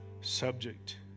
subject